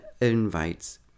invites